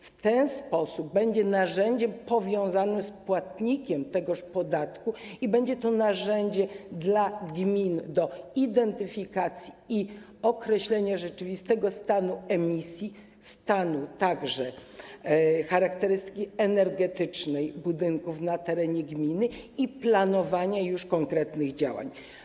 W ten sposób będzie narzędziem powiązanym z płatnikiem tegoż podatku i będzie narzędziem dla gmin służącym do identyfikacji i określania rzeczywistego stanu emisji, także charakterystyki energetycznej budynków na terenie gminy i planowania konkretnych działań.